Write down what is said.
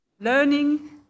learning